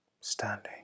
standing